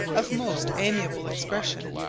of most amiable expression.